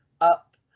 Up